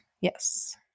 Yes